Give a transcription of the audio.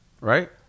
right